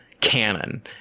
canon